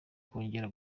kongera